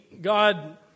God